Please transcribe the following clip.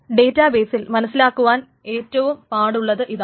ഡേറ്റാബെയിസിൽ മനസ്സിലാകുവാൻ ഏറ്റവും പാടുള്ളത് ഇതാണ്